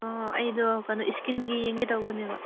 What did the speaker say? ꯑꯥ ꯑꯩꯗꯣ ꯁ꯭ꯀꯤꯟꯒꯤ ꯌꯦꯡꯒꯦ ꯇꯧꯕꯅꯦꯕ